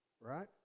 right